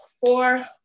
four